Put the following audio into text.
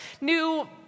new